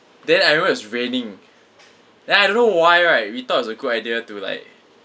then I remember it was raining then I don't know why right we thought it was a good idea to like